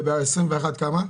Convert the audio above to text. וב-21' כמה?